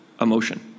emotion